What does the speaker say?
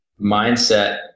mindset